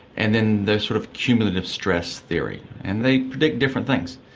and then the sort of cumulative stress theory, and they predict different things.